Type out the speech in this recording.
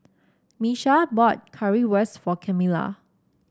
Miesha bought Currywurst for Camilla